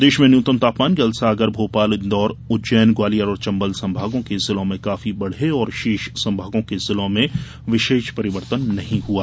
प्रदेश में न्यूनतम तापमान कल सागर भोपाल इंदौर उज्जैन ग्वालियर और चंबल संभागों के जिलों में काफी बढ़े और शेष संभागों के जिलों में विशेष परिवर्तन नही हुआ